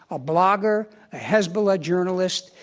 a blogger, a hezbollah journalist,